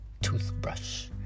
toothbrush